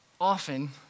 often